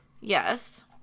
Yes